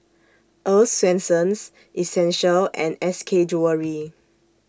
Earl's Swensens Essential and S K Jewellery